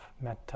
metta